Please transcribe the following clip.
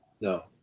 No